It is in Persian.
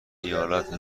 ایالت